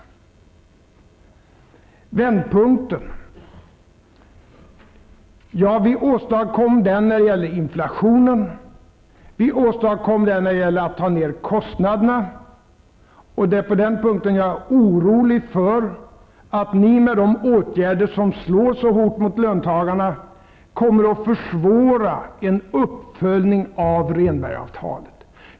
Beträffande vändpunkten: Vi åstadkom den när det gäller inflationen. Vi åstadkom den när det gäller att dra ner kostnaderna. På den punkten är jag orolig för att ni med de åtgärder som slår så hårt mot löntagarna kommer att försvåra en uppföljning av Rehnbergsavtalet.